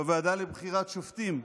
בוועדה לבחירת שופטים,